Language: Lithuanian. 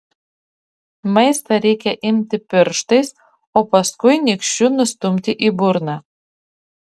maistą reikia imti pirštais o paskui nykščiu nustumti į burną